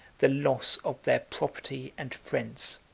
the loss of their property and friends.